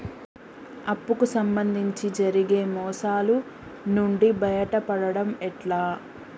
అప్పు కు సంబంధించి జరిగే మోసాలు నుండి బయటపడడం ఎట్లా?